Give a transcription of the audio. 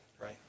right